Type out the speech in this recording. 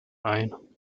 ein